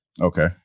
Okay